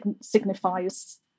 signifies